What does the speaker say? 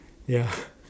ya